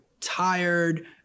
tired